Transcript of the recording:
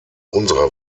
unserer